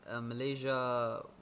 Malaysia